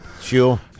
Sure